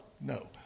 no